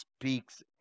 speaks